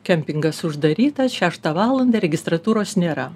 kempingas uždarytas šeštą valandą registratūros nėra